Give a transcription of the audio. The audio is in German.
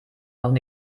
man